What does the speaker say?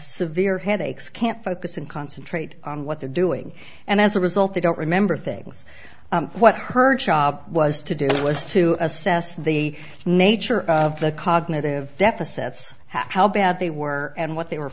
severe headaches can't focus and concentrate on what they're doing and as a result they don't remember things what her job was to do it was to assess the nature of the cognitive deficits how bad they were and what they were